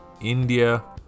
India